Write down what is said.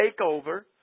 takeover